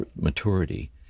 maturity